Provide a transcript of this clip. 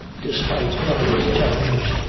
despite of his terrors,